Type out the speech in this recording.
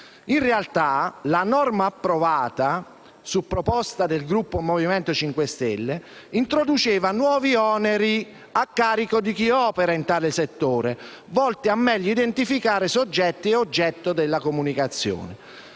In realtà, la norma approvata, su proposta del Gruppo Movimento 5 Stelle, introduceva nuovi oneri a carico di chi opera in tale settore, volti a meglio identificare soggetti e oggetto della comunicazione.